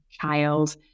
child